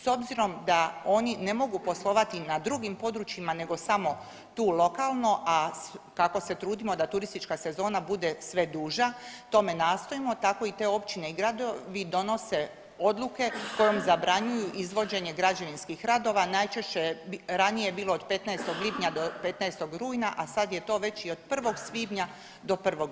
S obzirom da oni ne mogu poslovati na drugim područjima nego tu samo lokalno, a kako se trudimo da turistička sezona bude sve duža tome nastojimo tako i te općine i gradovi donose odluke kojom zabranjuju izvođenje građevinskih radova, najčešće je ranije bilo od 15. lipnja do 15. rujna, a sad je to već i od 1. svibnja do 1. listopada.